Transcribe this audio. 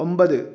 ഒമ്പത്